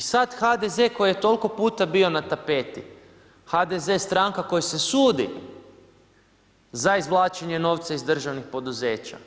I sada HDZ koji nije toliko puta bio na tapeti, HDZ stranka kojoj se sudi za izvlačenje novca iz državnih poduzeća.